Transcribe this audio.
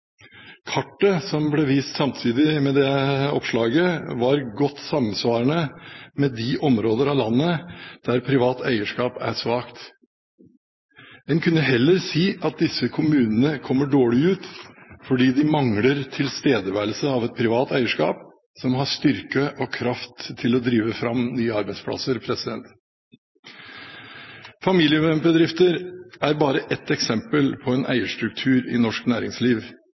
Kartet som ble vist samtidig med oppslaget, var godt samsvarende med de områder av landet der privat eierskap er svakt. En kunne heller si at disse kommunene kommer dårlig ut fordi de mangler tilstedeværelse av et privat eierskap som har styrke og kraft til å drive fram nye arbeidsplasser. Familiebedrifter er bare ett eksempel på eierstruktur i norsk næringsliv.